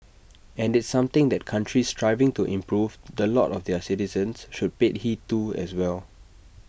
and it's something that countries striving to improve the lot of their citizens should pay heed to as well